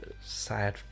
sad